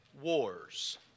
wars